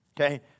Okay